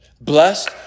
Blessed